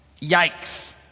yikes